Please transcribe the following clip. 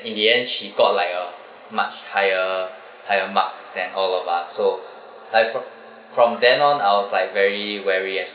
in the end she got like a much higher higher marks than all of us so I fro~ from then on I was like very wary and